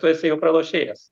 tu esi jau pralošėjas